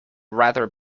rather